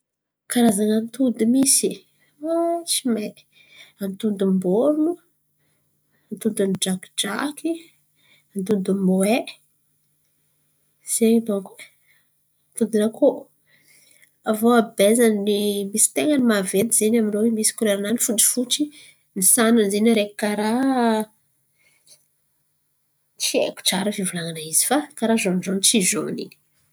Karazana atody misy ah tsy mahay. Atodi-mboron̈o atodin’ny drakidraky, atodi-mboay, zen̈y donko e atodin’ny akoho. Avio abezany misy tain̈a ny maventy zen̈y amindro io misy kolera-nany fotsifotsy ny sasany zen̈y araiky karà tsy haiko tsara fivolan̈ana izy karà zonizony tsy zony iny.